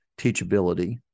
teachability